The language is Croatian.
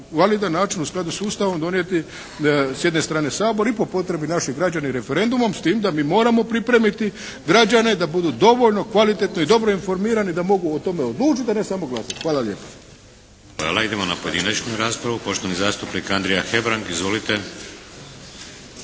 validan način u skladu sa Ustavom donijeti s jedne strane Sabor i po potrebi naši građani referendumom, s tim da mi moramo pripremiti građane da budu dovoljno kvalitetno i dobro informirani da mogu o tome odlučiti, a ne samo glasati. Hvala lijepa.